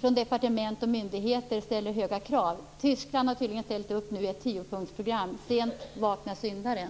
från departement och myndigheter inte ställer höga krav. Tyskland har nu tydligen ställt upp på ett tiopunktsprogram. Sent vaknar syndaren.